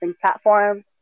platforms